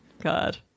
god